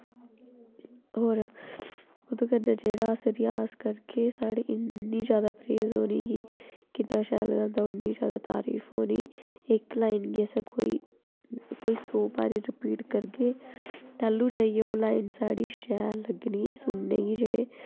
जिन्ना tourist औंदा ऐ बड़ी बड़ी दूरी औंदे न पतनीटाॅप ऐ इत्थें बड़े बड़े दूरा लोग जेह्के औंदे न जि'यां बर्फ पौंदी ऐ तां बर्फ दा नज़ारा लैने